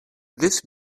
this